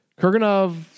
Kurganov